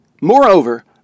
Moreover